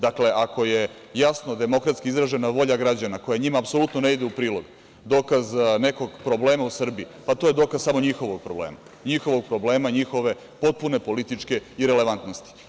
Dakle, ako je jasno demokratski izražena volja građana, koja njima apsolutno ne ide u prilog, dokaz nekog problema u Srbiji, pa to je dokaz samo njihovog problema, njihovog problema i njihove potpune političke irelevantnosti.